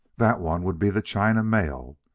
that one would be the china mail.